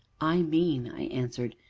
i mean, i answered,